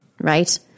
Right